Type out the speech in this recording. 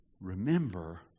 Remember